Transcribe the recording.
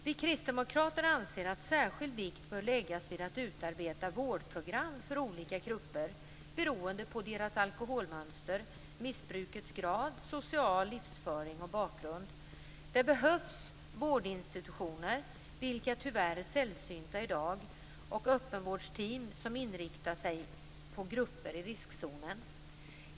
Vi kristdemokrater anser att särskild vikt bör läggas vid att utarbeta vårdprogram för olika grupper beroende på deras alkoholmönster, missbrukets grad, social livsföring och bakgrund. Det behövs vårdinstitutioner, vilka tyvärr är sällsynta i dag, och öppenvårdsteam som inriktar sig på grupper i riskzonen.